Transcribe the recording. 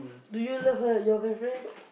do you love her your girlfriend